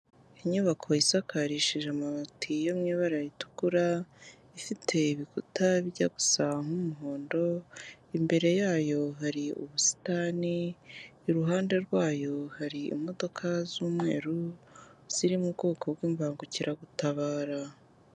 Inyubako isakarishije amabati yo mu ibara ritukura, ifite ibikuta bijya gusa nk'umuhondo, imbere yayo hari ubusitani, iruhande rwayo hari imodoka z'umweru ziri mu bwoko bw'imbangukiragutabara.